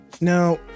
Now